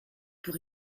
pour